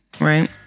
Right